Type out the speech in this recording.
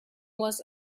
was